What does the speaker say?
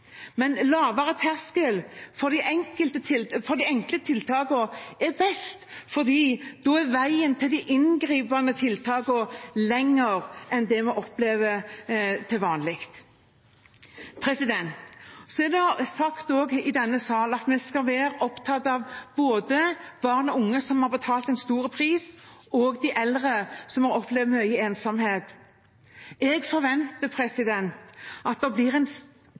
Lavere terskel for de enkle tiltakene er best, for da er veien til de inngripende tiltakene lengre enn vi opplever til vanlig. Det er sagt i denne sal at vi skal være opptatt av både barn og unge, som har betalt en stor pris, og av de eldre, som har opplevd mye ensomhet. Jeg forventer at det også blir en